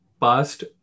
past